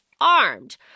armed